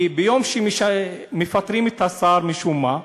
כי ביום שמפטרים את השר, משום מה,